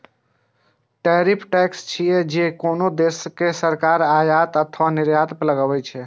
tariff tax छियै, जे कोनो देशक सरकार आयात अथवा निर्यात पर लगबै छै